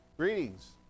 Greetings